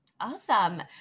Awesome